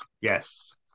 Yes